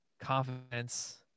confidence